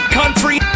country